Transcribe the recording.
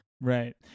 Right